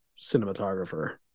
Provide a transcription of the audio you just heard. cinematographer